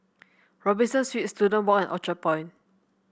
Robinson Suites Student Walk and Orchard Point